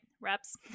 Reps